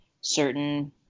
certain